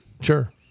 Sure